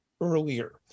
earlier